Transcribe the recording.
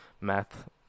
math